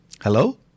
Hello